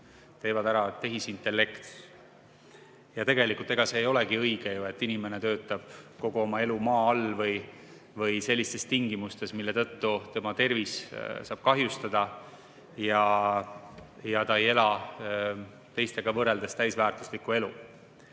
teeb ära tehisintellekt. Ega see ei olegi ju õige, et inimene töötab kogu oma elu maa all või sellistes tingimustes, mille tõttu tema tervis saab kahjustada ja ta ei [saa] elada teistega võrreldes täisväärtuslikku elu.